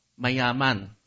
Mayaman